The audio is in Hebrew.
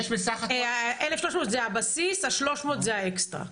1,300 זה הבסיס, ה-300 זה האקסטרה.